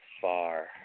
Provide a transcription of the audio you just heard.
far